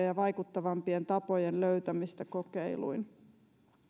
ja vaikuttavampien tapojen löytämistä kokeiluin